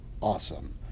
awesome